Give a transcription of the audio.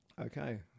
okay